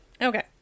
Okay